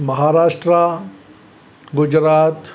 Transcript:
Maharashtra Gujarat